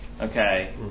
Okay